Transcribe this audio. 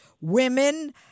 women